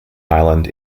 island